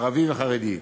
ערבי וחרדי.